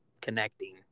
connecting